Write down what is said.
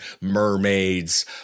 Mermaids